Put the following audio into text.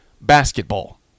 basketball